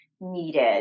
needed